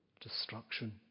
destruction